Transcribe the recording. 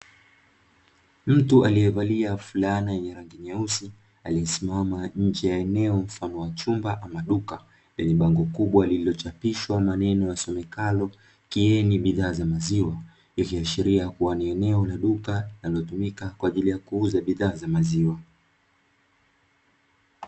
Mtu aliyevalia fulani yenye rangi nyeusi aliyesimama njee ya eneo mfano wa chumba ama duka yenye bango kubwa lililochapishwa maneno yasomekayo "Kieni bidhaa za maziwa", yakiashiria kuwa ni eneo la duka linalotumika kwa ajili ya kuuza bidhaa za maziwa.